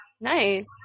Nice